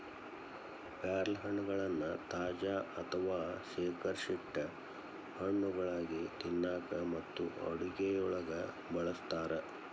ಪ್ಯಾರಲಹಣ್ಣಗಳನ್ನ ತಾಜಾ ಅಥವಾ ಶೇಖರಿಸಿಟ್ಟ ಹಣ್ಣುಗಳಾಗಿ ತಿನ್ನಾಕ ಮತ್ತು ಅಡುಗೆಯೊಳಗ ಬಳಸ್ತಾರ